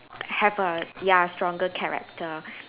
have a ya stronger character